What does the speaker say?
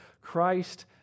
Christ